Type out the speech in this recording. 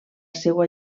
seua